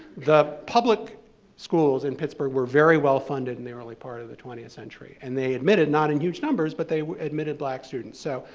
the public schools in pittsburgh were very well-funded in the early part of the twentieth century, and they admitted, not in huge numbers, but they admitted black students. so,